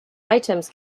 items